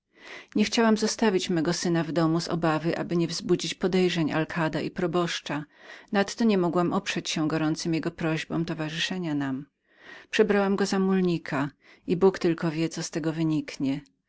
nie chciałam zostawiać mego syna w domu z obawy aby nie wzbudzić podejrzeń nadto nie mogłam oprzeć się gorącym jego prośbom towarzyszenia nam przebrałam go za mulnika i bóg tylko wie co z tego wyniknie